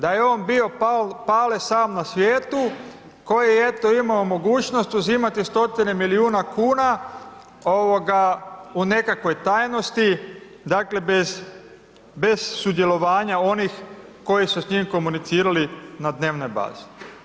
Da je on bio Pale sam na svijetu, koji je eto, imao mogućnost uzimati stotine milijuna kuna, u nekakvoj tajnosti, bez sudjelovanja onih koji su s njim komunicirali na dnevnoj bazi.